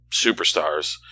superstars